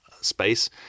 space